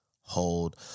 hold